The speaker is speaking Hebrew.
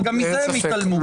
אבל גם מזה הם יתעלמו.